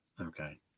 Okay